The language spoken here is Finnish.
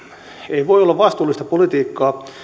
ei voi olla vastuullista politiikkaa